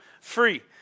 free